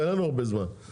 אין לנו הרבה זמן,